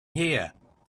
here